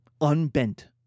unbent